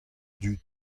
dud